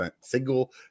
Single